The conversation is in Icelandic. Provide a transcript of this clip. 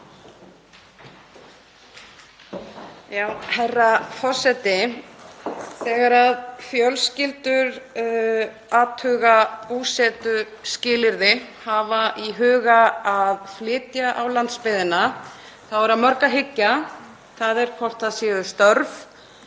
Herra forseti. Þegar fjölskyldur athuga búsetuskilyrði, hafa í huga að flytja á landsbyggðina, er að mörgu að hyggja, þ.e. hvort það séu störf,